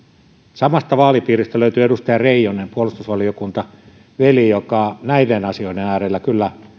samasta vaalipiiristä löytyy edustaja reijonen puolustusvaliokuntaveli joka näiden asioiden äärellä kyllä